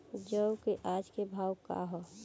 जौ क आज के भाव का ह?